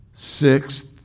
Sixth